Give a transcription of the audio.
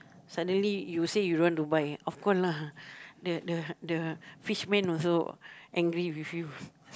suddenly you say you don't want to buy of course lah the the the fisherman also angry with you